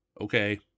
Okay